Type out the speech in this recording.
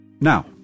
Now